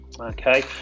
Okay